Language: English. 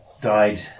died